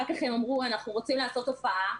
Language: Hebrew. אחר כך הם אמרו, "אנחנו רוצים לעשות הופעה".